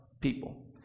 people